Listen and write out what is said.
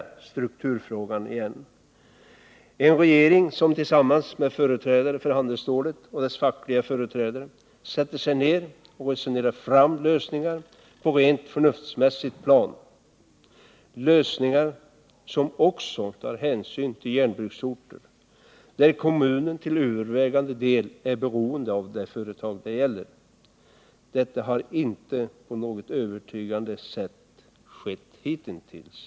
De små bruken sätter sitt hopp till en regering som tillsammans med företrädare för handelsstålindustrin och dess fackliga intressen sätter sig ned och resonerar fram lösningar på ett rent förnuftsmässigt plan, lösningar som också tar hänsyn till de järnbruksorter där kommunen till övervägande del är beroende av det företag det gäller. Detta har icke på något övertygande sätt skett hitintills.